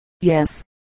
Yes